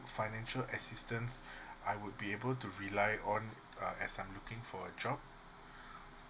financial assistance I would be able to rely on uh as I'm looking for a job